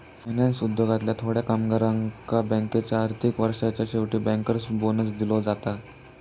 finance उद्योगातल्या थोड्या कामगारांका बँकेच्या आर्थिक वर्षाच्या शेवटी बँकर्स बोनस दिलो जाता